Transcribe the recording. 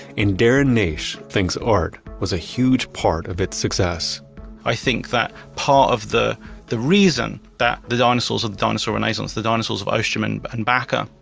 and darren naish thinks art was a huge part of its success i think that part of the the reason that the dinosaurs of dinosaur renaissance, the dinosaurs of ostrom and and bakker,